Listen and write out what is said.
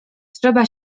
trzeba